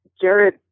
Jared